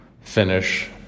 finish